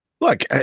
Look